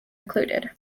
included